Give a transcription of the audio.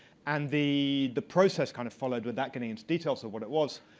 and the the process kind of followed, without getting into details of what it was,